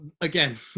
again